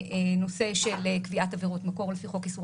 נושא של קביעת עבירות מקור לפי חוק איסור